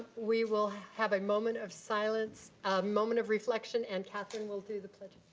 we will have a moment of silence, a moment of reflection, and katherine will do the pledge.